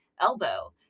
elbow